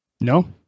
No